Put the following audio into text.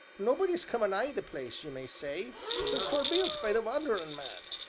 nobody's come a-nigh the place, you may say, since t were built by the wanderin man.